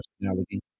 personality